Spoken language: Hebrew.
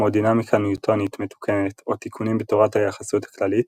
כמו דינמיקה ניוטונית מתוקנת או תיקונים בתורת היחסות הכללית,